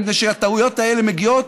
מפני שהטעויות האלה מגיעות